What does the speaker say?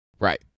Right